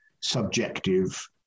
subjective